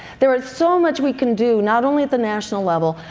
there's so much we can do, not only at the national level,